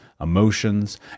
emotions